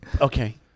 Okay